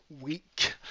week